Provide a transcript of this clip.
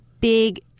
big